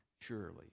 surely